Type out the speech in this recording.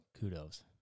kudos